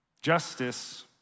justice